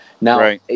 Now